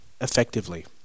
effectively